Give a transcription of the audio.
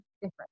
different